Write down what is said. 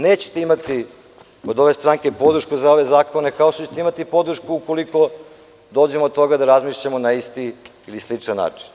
Nećete imati od ove stranke podršku za ove zakona, kao što ćete imati podršku ukoliko dođemo do toga da razmišljamo na isti ili sličan način.